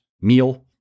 meal